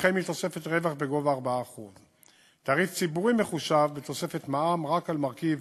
וכן מתוספת רווח בגובה 4%. תעריף ציבורי מחושב בתוספת מע”מ רק על מרכיב